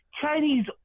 Chinese